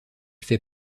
fait